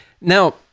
Now